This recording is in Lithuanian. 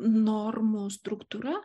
normų struktūra